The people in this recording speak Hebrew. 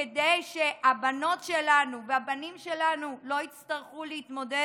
כדי שהבנות שלנו והבנים שלנו לא יצטרכו להתמודד